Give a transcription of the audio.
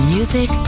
Music